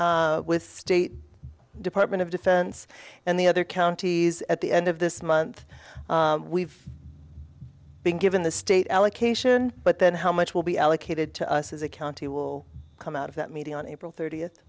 meeting with state department of defense and the other counties at the end of this month we've been given the state allocation but then how much will be allocated to us as a county will come out of that meeting on april thirtieth